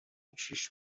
کیش